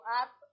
up